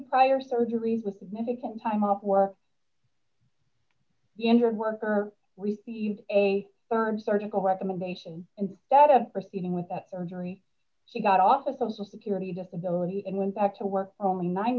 prior surgeries with significant time off work the injured worker received a rd surgical recommendation instead of proceeding with that surgery she got off a social security disability and went back to work for only nine